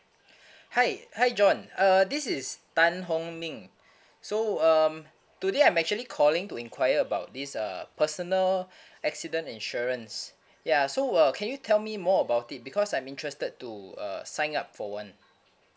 hi hi john uh this is tan hong ming so um today I'm actually calling to inquire about this uh personal accident insurance ya so uh can you tell me more about it because I'm interested to uh sign up for one